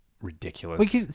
ridiculous